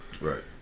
Right